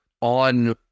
on